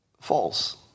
false